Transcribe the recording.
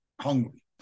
hungry